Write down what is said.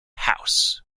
house